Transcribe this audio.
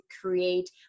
create